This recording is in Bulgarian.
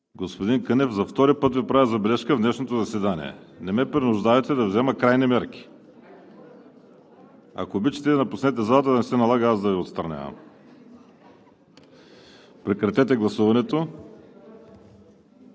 Господин Кънев, за втори път Ви правя забележка в днешното заседание. Не ме принуждавайте да взема крайни мерки. Ако обичате, напуснете залата, за да не се налага аз да Ви отстранявам. Прекратете гласуването.